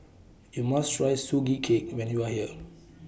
YOU must Try Sugee Cake when YOU Are here